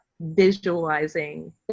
visualizing